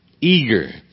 eager